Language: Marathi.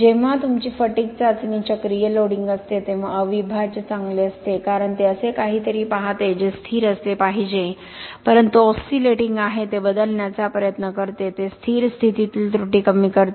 जेव्हा तुमची फटिग चाचणी चक्रीय लोडिंग असते तेव्हा अविभाज्य चांगले असते कारण ते असे काहीतरी पाहते जे स्थिर असले पाहिजे परंतु ऑस्सीलेटिंग आहे ते बदलण्याचा प्रयत्न करते ते स्थिर स्थितीतील त्रुटी कमी करते